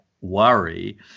worry